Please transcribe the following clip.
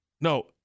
No